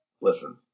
Listen